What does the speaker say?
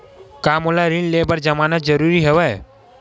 का मोला ऋण ले बर जमानत जरूरी हवय?